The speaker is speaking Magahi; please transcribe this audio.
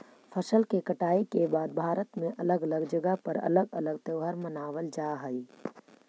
फसल के कटाई के बाद भारत में अलग अलग जगह पर अलग अलग त्योहार मानबल जा हई